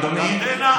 אדוני,